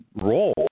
role